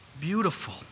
Beautiful